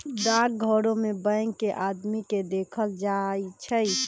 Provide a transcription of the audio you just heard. डाकघरो में बैंक के आदमी के देखल जाई छई